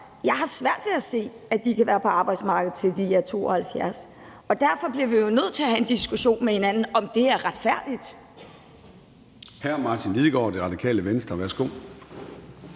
Jeg har svært ved at se, at de kan være på arbejdsmarkedet, til de er 72 år. Derfor bliver vi jo nødt til at have en diskussion med hinanden om, om det er retfærdigt.